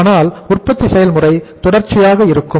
அதனால் உற்பத்தி செயல்முறை தொடர்ச்சியாக இருக்கும்